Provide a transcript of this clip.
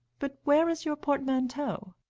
but where is your portmanteau?